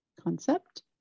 Concept